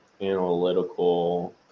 analytical